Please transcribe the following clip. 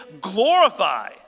glorify